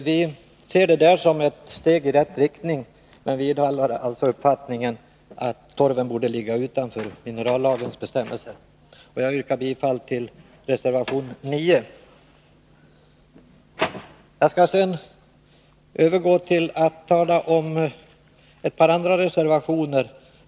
Vi ser detta som ett steg i rätt riktning men vidhåller alltså uppfattningen att torven borde ligga utanför minerallagens bestämmelser. Jag yrkar bifall till reservation 9. Jag övergår sedan till att tala om ett par andra reservationer.